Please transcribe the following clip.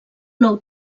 nou